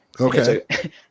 Okay